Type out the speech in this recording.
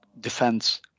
defense